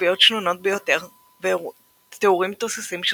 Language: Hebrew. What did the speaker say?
לתצפיות שנונות ביותר ותיאורים תוססים של